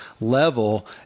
level